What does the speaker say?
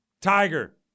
tiger